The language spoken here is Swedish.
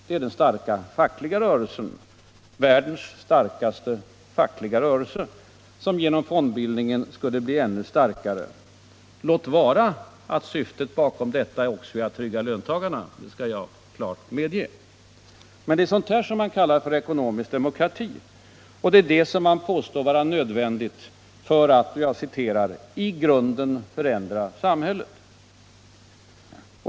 Det är den starka fackliga rörelsen — världens starkaste fackliga rörelse — som genom fondbildningen skulle bli ännu starkare. Låt vara att syftet bakom denna också är tryggheten för löntagarna, det skall jag klart medge. Det är detta man kallar för ekonomisk demokrati. Det är detta man påstår vara nödvändigt ”för att i grunden förändra samhället”.